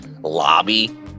lobby